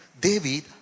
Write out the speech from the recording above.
David